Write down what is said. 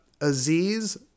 Aziz